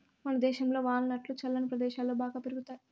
మనదేశంలో వాల్ నట్లు చల్లని ప్రదేశాలలో బాగా పెరుగుతాయి